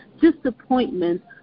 disappointments